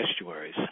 estuaries